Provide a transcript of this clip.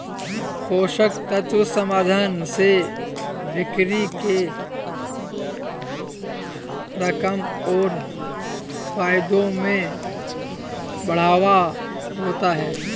पोषक तत्व समाधान से बिक्री के रकम और फायदों में बढ़ावा होता है